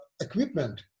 equipment